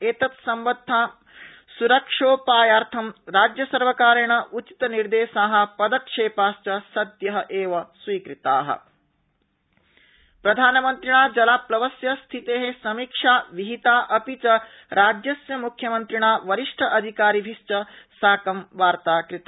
एतत्सम्बद्धाम् सुरक्षोपायार्थ राज्यसर्वकारेण उचितनिर्देशा पदक्षेपाश्च सद्य एव स्वीकृत प्रधानमन्त्रिणा जलाप्लवस्य स्थिते समीक्षा विहीता अपि च राज्यस्य मुख्यमन्त्रिणा वरिष्ठ अधिकारिभि च साकं वार्ता कृता